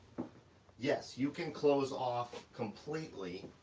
yes, you can close off completely,